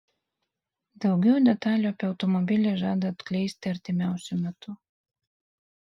daugiau detalių apie automobilį žada atskleisti artimiausiu metu